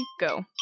go